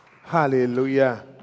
Hallelujah